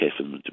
okay